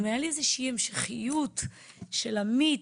אם הייתה לי איזושהי המשכיות של עמית,